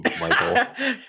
Michael